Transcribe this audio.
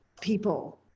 people